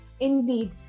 Indeed